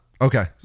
Okay